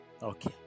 Okay